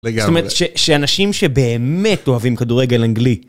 זאת אומרת, שאנשים שבאמת אוהבים כדורגל אנגלי...